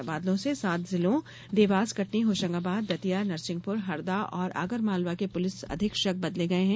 तबादलों से सात जिलों देवास कटनी होशगाबाद दतिया नरसिंहपुर हरदा और आगर मालवा के पुलिस अधीक्षक बदले गये हैं